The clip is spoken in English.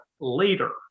later